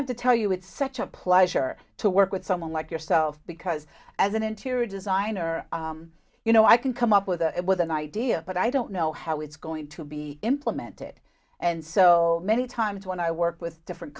have to tell you it's such a pleasure to work with someone like yourself because as an interior designer you know i can come up with a with an idea but i don't know how it's going to be implemented and so many times when i work with different